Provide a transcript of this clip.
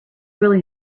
really